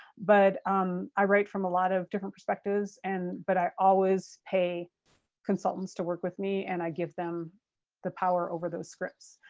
but um i write from a lot of different perspectives, and but i always pay consultants to work with me and i give them the power over those scripts.